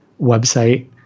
website